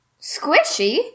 Squishy